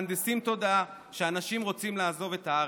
מהנדסים תודעה שבה אנשים רוצים לעזוב את הארץ.